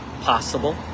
Possible